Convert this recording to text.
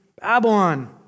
Babylon